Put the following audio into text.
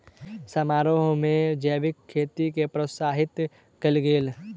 समारोह में जैविक खेती के प्रोत्साहित कयल गेल